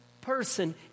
person